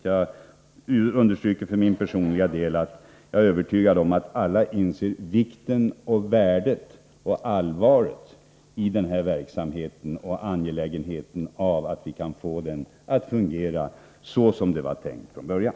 Jag understryker att jag för min personliga del är övertygad om att alla inser vikten, värdet och allvaret i den här verksamheten och angelägenheten av att vi kan få den att fungera så som det var tänkt från början.